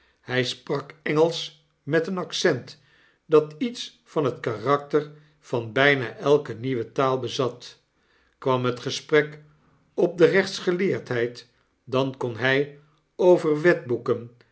hij sprak engelsch met een accent datietsvanhetkarakter van bijna elke nieuwe taal bezat kwam het gesprek op de rechtsgeleerdheid dan kon hy over wetboeken